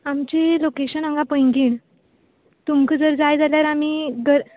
आमचें लोकेशन हांगां पैंगीण तुमकां जर जाय जाल्यार आमी घर